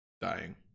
dying